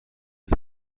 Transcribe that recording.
les